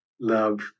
love